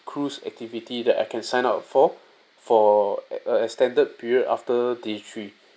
cruise activity that I can sign up for for a extended period after day three